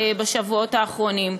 בשבועות האחרונים.